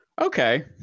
Okay